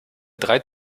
drei